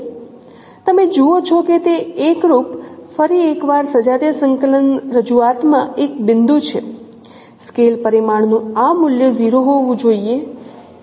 તમે જુઓ છો કે તે એકરૂપ ફરી એકવાર સજાતીય સંકલન રજૂઆત માં એક બિંદુ છે સ્કેલ પરિમાણનું આ મૂલ્ય 0 હોવું જોઈએ